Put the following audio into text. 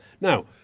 Now